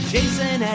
Jason